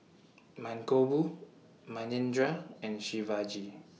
Mankombu Manindra and Shivaji